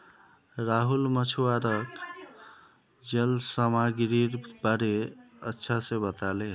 राहुल मछुवाराक जल सामागीरीर बारे अच्छा से बताले